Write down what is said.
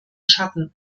schatten